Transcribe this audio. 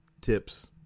tips